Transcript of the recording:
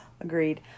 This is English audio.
agreed